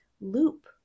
loop